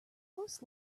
ghost